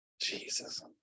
Jesus